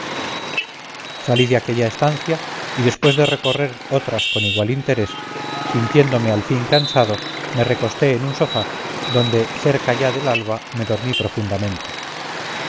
salí de aquella estancia y después de recorrer otras con igual interés sintiéndome al fin cansado me recosté en un sofá donde cerca ya del alba me dormí profundamente